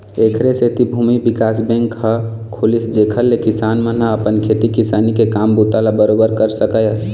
ऐखर सेती भूमि बिकास बेंक ह खुलिस जेखर ले किसान मन अपन खेती किसानी के काम बूता ल बरोबर कर सकय